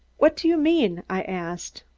what do you mean? i asked.